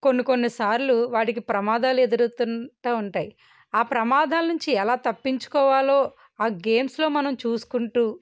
కొన్ని కొన్ని సార్లు వాడికి ప్రమాదాలు ఎదురు అవుతు ఉంటాయి ఆ ప్రమాదాల నుంచి ఎలా తప్పించుకోవాలో ఆ గేమ్స్లో మనం చూసుకుంటు